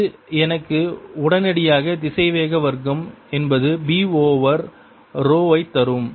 இது எனக்கு உடனடியாக திசைவேகம் வர்க்கம் என்பது B ஓவர் ரோ ஐ தரும்